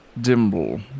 Dimble